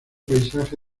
paisaje